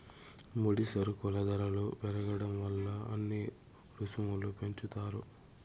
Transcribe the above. ముడి సరుకుల ధరలు పెరగడం వల్ల అన్ని రుసుములు పెంచుతారు